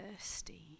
thirsty